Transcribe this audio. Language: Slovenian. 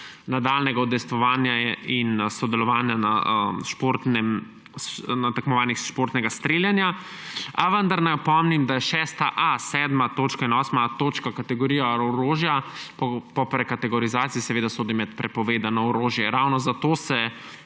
nadaljnjega udejstvovanja in sodelovanja na tekmovanjih športnega streljanja. Vendar naj opomnim, da 6.a, 7. in 8.a točka kategorija orožja po prekategorizaciji seveda sodi med prepovedano orožje. Ravno zato se